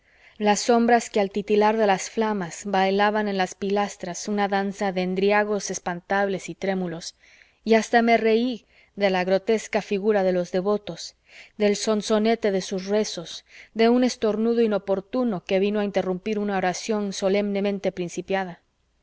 las sombras que al titilar de las flamas bailaban en las pilastras una danza de endriagos espantables y trémulos y hasta me reí de la grotesca figura de los devotos del sonsonete de sus rezos de un estornudo inoportuno que vino a interrumpir una oración solemnemente principiada